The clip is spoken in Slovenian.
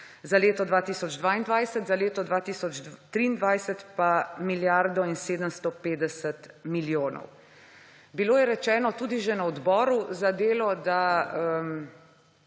za leto 2022, za leto 2023 pa 1 milijardo in 750 milijonov. Bilo je rečeno tudi že na odboru za delo, da